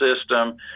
system